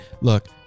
look